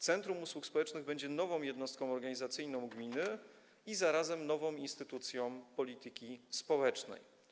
Centrum usług społecznych będzie nową jednostką organizacyjną gminy i zarazem nową instytucją polityki społecznej.